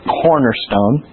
cornerstone